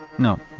no,